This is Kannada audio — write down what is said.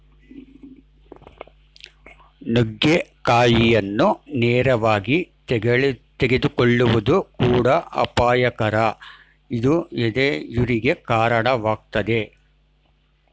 ನುಗ್ಗೆಕಾಯಿಯನ್ನು ನೇರವಾಗಿ ತೆಗೆದುಕೊಳ್ಳುವುದು ಕೂಡ ಅಪಾಯಕರ ಇದು ಎದೆಯುರಿಗೆ ಕಾಣವಾಗ್ತದೆ